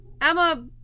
emma